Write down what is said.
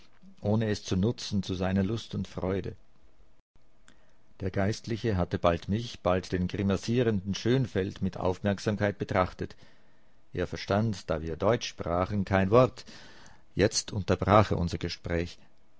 ohne es zu nutzen zu seiner lust und freude der geistliche hatte bald mich bald den grimassierenden schönfeld mit aufmerksamkeit betrachtet er verstand da wir deutsch sprachen kein wort jetzt unterbrach er unser gespräch